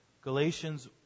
Galatians